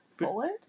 Forward